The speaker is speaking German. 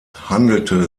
handelte